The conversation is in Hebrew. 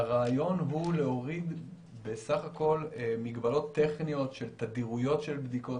והרעיון הוא להוריד בסך הכול מגבלות טכניות של תדיריות של בדיקות.